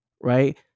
right